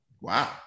Wow